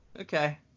okay